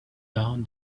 down